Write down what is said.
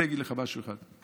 אני אגיד לך משהו אחד,